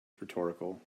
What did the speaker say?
rhetorical